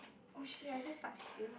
oh shit I just touch the table